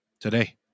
today